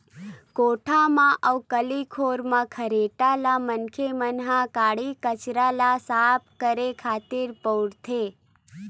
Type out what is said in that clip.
कोठा म अउ गली खोर म खरेटा ल मनखे मन ह काड़ी कचरा ल साफ करे खातिर बउरथे